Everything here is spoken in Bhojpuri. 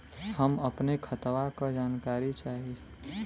हम अपने खतवा क जानकारी चाही?